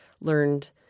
learned